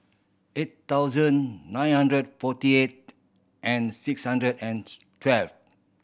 eight thousand nine hundred forty eight and six hundred and twelve